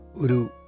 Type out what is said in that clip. Uru